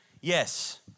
Yes